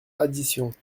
additions